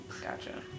Gotcha